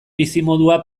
bizimodua